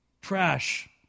trash